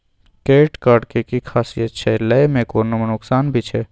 Credit card के कि खासियत छै, लय में कोनो नुकसान भी छै?